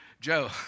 Joe